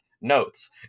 Notes